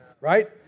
Right